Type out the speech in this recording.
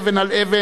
אבן על אבן,